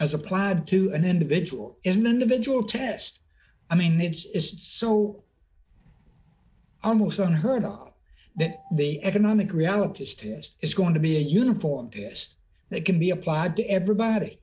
as applied to an individual is an individual test i mean it is so almost on her knowledge that the economic realities test is going to be a uniform test that can be applied to everybody